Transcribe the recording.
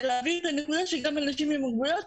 ולהבין את הנקודה שגם אנשים עם מוגבלויות,